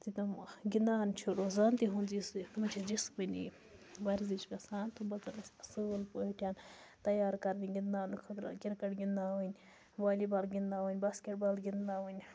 یِتھُے تِم گِنٛدان چھِ روزان تِہُنٛد یُس یہِ تِمَن چھِ جِسمٲنی وَرزِش گَژھان اَصل پٲٹھۍ تیار کَرن گِنٛدناونہٕ خٲطرٕ کِرکَٹ گِنٛدناوٕنۍ والی بال گِنٛدناوٕنۍ باسکٹ بال گِنٛدناوٕنۍ